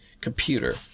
computer